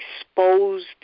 exposed